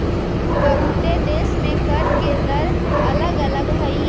बहुते देश में कर के दर अलग अलग हई